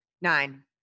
Nine